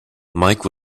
mike